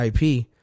IP